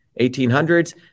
1800s